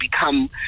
become